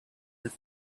that